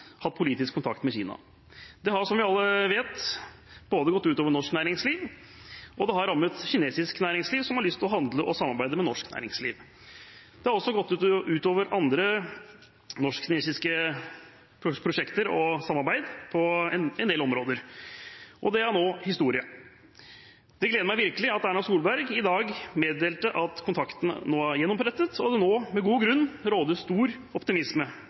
hatt politisk kontakt med Kina. Det har, som vi alle vet, gått ut over norsk næringsliv, og det har rammet kinesisk næringsliv, som har lyst til å handle og samarbeide med norsk næringsliv. Det har også gått ut over andre norsk-kinesiske prosjekter og samarbeid på en del områder. Det er nå historie. Det gleder meg virkelig at Erna Solberg i dag meddelte at kontakten er gjenopprettet, og at det nå – med god grunn – råder stor optimisme,